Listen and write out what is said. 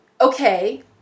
Okay